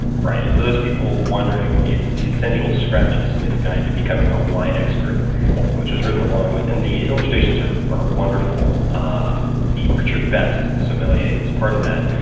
right. and for those people wondering, it's the essential scratch and sniff guide to becoming a wine expert yeah which is written along with and the illustrations are are wonderful. ah richard betts is the sommelier who's part of that.